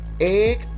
Egg